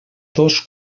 dos